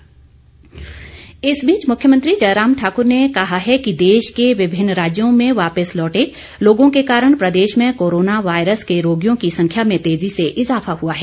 जयराम इस बीच मुख्यमंत्री जयराम ठाकुर ने कहा है कि देश के विभिन्न राज्यों में वापिस लौटे लोगों के कारण प्रदेश में कोरोना वायरस के रोगियों की संख्या में तेजी से इज़ाफा हुआ है